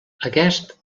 aquest